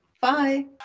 bye